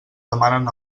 demanen